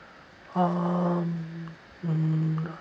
um mm